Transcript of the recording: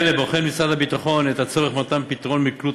בימים אלה בוחן משרד הביטחון את הצורך במתן פתרון מקלוט